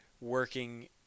working